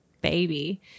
baby